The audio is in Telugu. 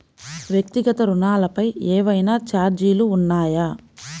వ్యక్తిగత ఋణాలపై ఏవైనా ఛార్జీలు ఉన్నాయా?